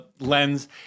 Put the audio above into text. lens